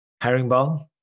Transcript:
Herringbone